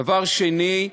דבר שני,